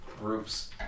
groups